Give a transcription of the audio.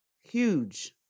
Huge